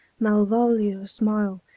malvolio smile.